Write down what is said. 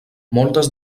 moltes